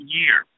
year